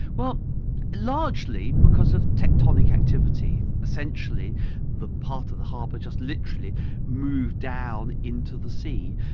well largely because of tectonic activity. essentially the path of the harbour just literally moved down into the sea.